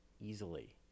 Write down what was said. easily